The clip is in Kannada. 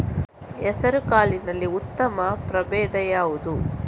ಹೆಸರುಕಾಳಿನಲ್ಲಿ ಉತ್ತಮ ಪ್ರಭೇಧ ಯಾವುದು?